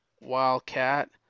Wildcat